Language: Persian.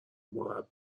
مربّا